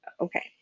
Okay